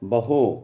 बहु